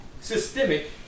systemic